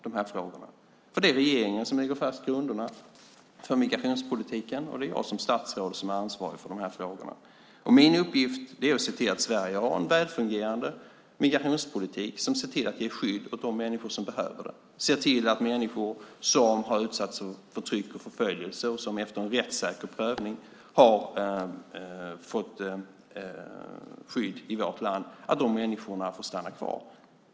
Det är regeringen som lägger fast grunderna för migrationspolitiken, och det är jag som statsråd som är ansvarig för de frågorna. Min uppgift är att se till att Sverige har en välfungerande migrationspolitik som ser till att ge skydd åt de människor som behöver det och att se till att människor som utsatts för förtryck och förföljelse och som efter en rättssäker prövning fått skydd i vårt land får stanna kvar.